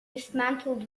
dismantled